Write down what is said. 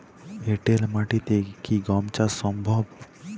এঁটেল মাটিতে কি গম চাষ সম্ভব?